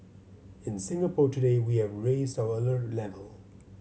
in Singapore today we have raised our alert level